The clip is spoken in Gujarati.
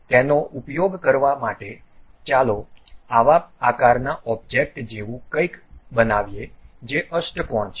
તેનો ઉપયોગ કરવા માટે ચાલો આવા આકારના ઑબ્જેક્ટ જેવું કંઇક કંઇક બનાવીએ જે અષ્ટકોણ છે